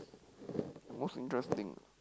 most interesting